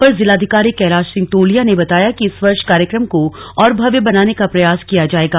अपर जिलाधिकारी कैलाश सिंह टोलिया ने बताया कि इस वर्ष कार्यक्रम को और भव्य बनाने का प्रयास किया जाएगा